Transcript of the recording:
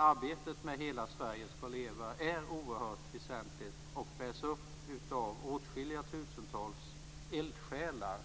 Arbetet med Hela Sverige skall leva är oerhört väsentligt och bärs upp av åtskilliga tusentals eldsjälar.